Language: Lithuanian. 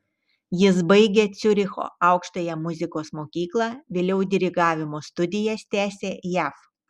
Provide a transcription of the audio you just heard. jis baigė ciuricho aukštąją muzikos mokyklą vėliau dirigavimo studijas tęsė jav